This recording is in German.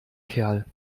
kerl